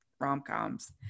rom-coms